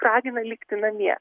ragina likti namie